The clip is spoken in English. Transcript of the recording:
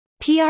PR